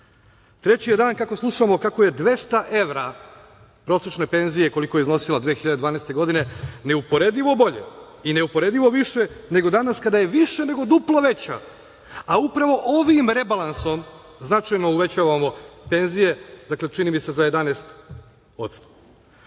je dan kako slušamo kako je 200 evra prosečne penzije, koliko je iznosila 2012. godine neuporedivo bolje i neuporedivo više, nego danas kada je više nego duplo veća, a upravo ovim rebalansom značajno uvećavamo penzije, dakle, čini mi se za